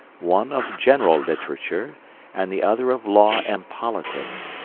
one of general literature and the other of law and politics,